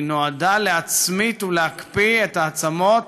היא נועדה להצמית ולהקפיא את העצמות